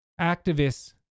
activists